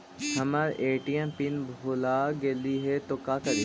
हमर ATM pin भूला गेली हे, तो का करि?